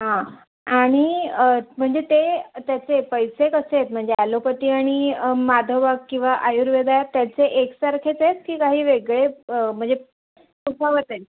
हां आणि म्हणजे ते त्याचे पैसे कसे आहेत म्हणजे ॲलोपॅथी आणि माधवाबाग किंवा आयुर्वेद आहेत त्याचे एकसारखेच आहेत की काही वेगळे म्हणजे तफावत आहे